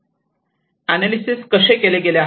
analysis कसे केले गेले आहे